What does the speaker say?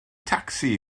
tacsi